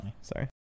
sorry